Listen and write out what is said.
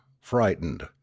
frightened